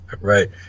right